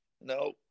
No